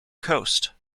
coast